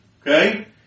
Okay